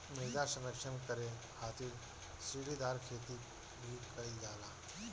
मृदा संरक्षण करे खातिर सीढ़ीदार खेती भी कईल जाला